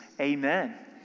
Amen